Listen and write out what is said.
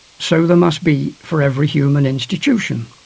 so there must be for every human institution.